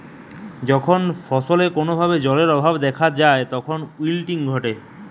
যখন ফসলে কোনো ভাবে জলের অভাব দেখাত যায় তখন উইল্টিং ঘটে